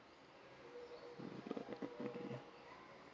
mm